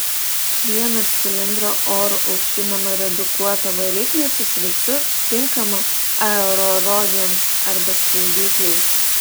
vieno cilindro oru aušinamą redukuotą variklį su sraigtu tinkamą aerorogėms arba skraidyklei